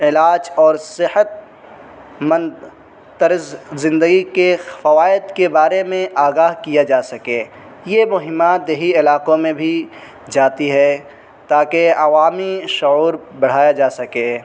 علاج اور صحت مند طرز زندگی کے فوائد کے بارے میں آگاہ کیا جا سکے یہ مہمات دیہی علاقوں میں بھی جاتی ہے تاکہ عوامی شعور بڑھایا جا سکے